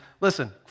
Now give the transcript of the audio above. listen